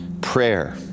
prayer